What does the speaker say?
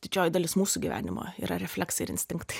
didžioji dalis mūsų gyvenimo yra refleksai ir instinktai